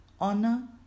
honor